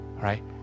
right